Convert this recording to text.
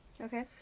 Okay